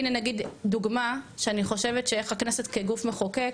הינה דוגמה שאני חושבת איך הכנסת כגוף מחוקק